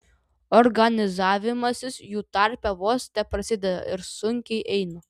organizavimasis jų tarpe vos teprasideda ir sunkiai eina